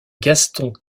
gaston